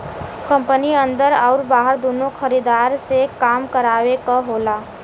company अन्दर आउर बाहर दुन्नो खरीदार से काम करावे क होला